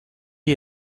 est